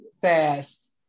fast